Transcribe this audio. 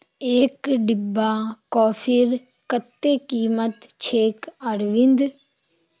एक डिब्बा कॉफीर कत्ते कीमत छेक अरविंद